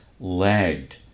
lagged